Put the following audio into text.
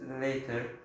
later